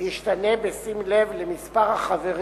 ישתנה בשים לב למספר החברים